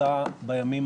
בבקשה.